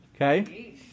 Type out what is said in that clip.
Okay